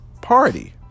Party